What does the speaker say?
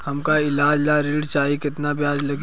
हमका ईलाज ला ऋण चाही केतना ब्याज लागी?